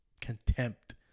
contempt